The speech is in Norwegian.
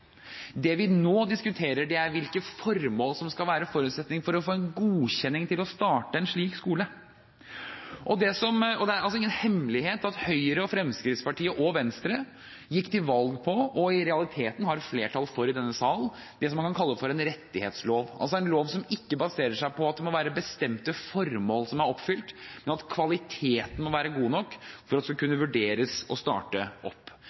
Det vi nå diskuterer, er hvilke formål som skal være forutsetningen for å få en godkjenning til å starte en slik skole. Det er ingen hemmelighet at Høyre, Fremskrittspartiet og Venstre gikk til valg på, og i realiteten har flertall for i denne sal, det man kan kalle en rettighetslov, en lov som ikke baserer seg på at det må være bestemte formål som er oppfylt, men at kvaliteten må være god nok for at de skal kunne vurderes å starte opp.